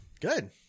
Good